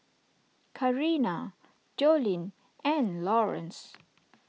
Carina Jolene and Lawrence